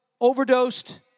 overdosed